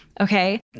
okay